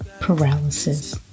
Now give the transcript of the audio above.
paralysis